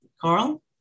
Carl